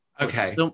Okay